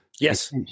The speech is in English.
Yes